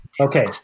Okay